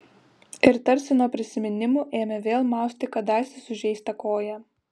ir tarsi nuo prisiminimų ėmė vėl mausti kadaise sužeistą koją